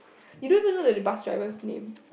you don't even know the bus driver's name